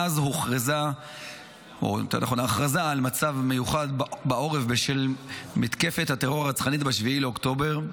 מאז ההכרזה על מצב מיוחד בעורף בשל מתקפת הטרור הרצחנית ב-7 באוקטובר,